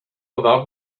about